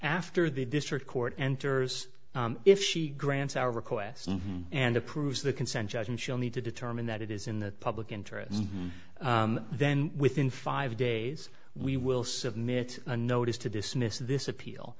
after the district court enters if she grants our request and approves the consent judgment she'll need to determine that it is in the public interest and then within five days we will submit a notice to dismiss this appeal